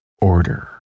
order